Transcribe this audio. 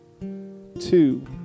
Two